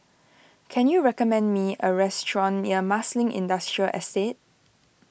can you recommend me a restaurant near Marsiling Industrial Estate